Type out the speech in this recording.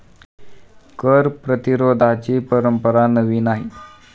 कर प्रतिरोधाची परंपरा नवी नाही